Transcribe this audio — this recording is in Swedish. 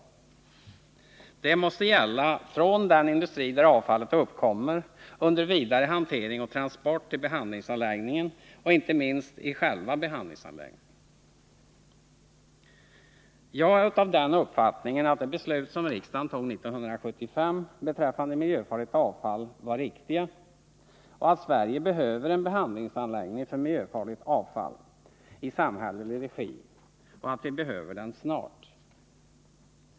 Det måste gälla ända från den industri där avfallet uppkommer, under vidare hantering och transport till behandlingsanläggningen och inte minst i själva behandlingsanläggningen. Jag är av den uppfattningen att de beslut som riksdagen fattade 1975 beträffande miljöfarligt avfall var riktiga, att Sverige behöver en behandlingsanläggning för miljöfarligt avfall i samhällelig regi och att vi behöver den snart.